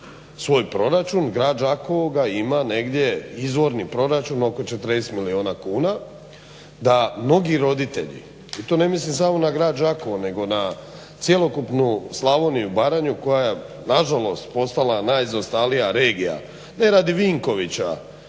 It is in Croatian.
svoj proračun. Grad Đakovo ga ima negdje izvorni proračun oko 40 milijuna kuna, da mnogi roditelji i to ne mislim samo na grad Đakovo nego na cjelokupnu Slavoniju i Baranju koja je nažalost postala najzaostalija regija ne radi Vinkovića